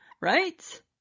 right